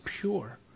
pure